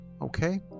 okay